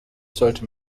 sollte